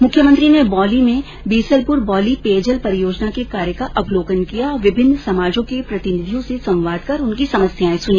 मुख्यमंत्री ने बौंली में बीसलपुर बौंली पेयजल परियोजना के कार्य का अवलोकन किया और विभिन्न समाजों के प्रतिनिधियों से संवाद कर उनकी समस्याए सुनी